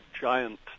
giant